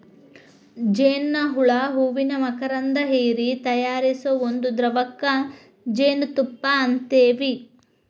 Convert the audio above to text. ಜೇನ ಹುಳಾ ಹೂವಿನ ಮಕರಂದಾ ಹೇರಿ ತಯಾರಿಸು ಒಂದ ದ್ರವಕ್ಕ ಜೇನುತುಪ್ಪಾ ಅಂತೆವಿ